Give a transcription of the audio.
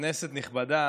כנסת נכבדה,